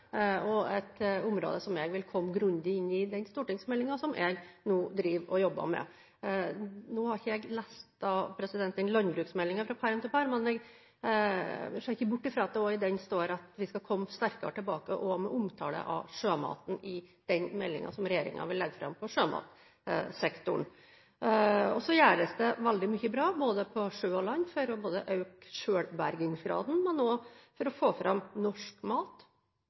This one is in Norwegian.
er et område som jeg vil komme grundig inn på i den stortingsmeldingen som jeg nå driver og jobber med. Nå har ikke jeg lest landbruksmeldingen fra perm til perm, men jeg ser ikke bort fra at det også i den står at vi skal komme sterkere tilbake med omtale av sjømaten i den meldingen som regjeringen vil legge fram på sjømatsektoren. Så gjøres det veldig mye bra på både sjø og land for både å øke selvbergingsgraden og å få fram norsk mat.